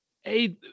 hey